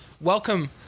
Welcome